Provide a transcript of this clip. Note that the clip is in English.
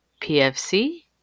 PFC